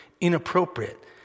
inappropriate